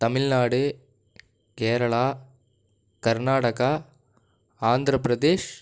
Tamil Nadu Kerala Karnataka Andhra Pradesh